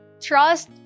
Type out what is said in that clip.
trust